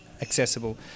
accessible